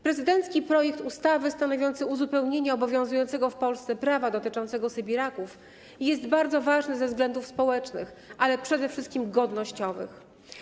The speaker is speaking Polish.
Prezydencki projekt ustawy stanowiący uzupełnienie obowiązującego w Polsce prawa dotyczącego sybiraków jest bardzo ważne ze względów społecznych, ale przede wszystkim godnościowych.